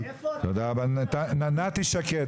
שניה אייל אני צריכה ללכת לאסוף את הילדים,